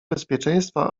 bezpieczeństwa